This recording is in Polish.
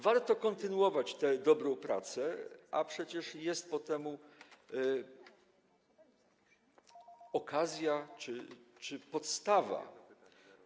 Warto kontynuować tę dobrą pracę, a przecież jest po temu okazja czy podstawa.